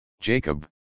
Jacob